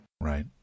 Right